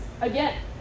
again